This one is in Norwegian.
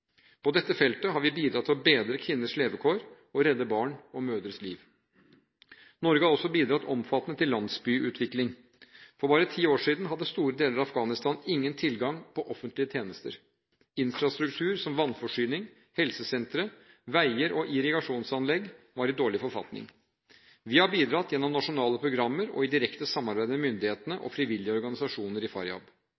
På dette feltet har vi bidratt til å bedre kvinners levekår og redde barns og mødres liv. Norge har også bidratt omfattende til landsbyutvikling. For bare ti år siden hadde store deler av Afghanistan ingen tilgang på offentlige tjenester. Infrastruktur – som vannforsyning, helsesentre, veier og irrigasjonsanlegg – var i dårlig forfatning. Vi har bidratt gjennom nasjonale programmer og i direkte samarbeid med myndighetene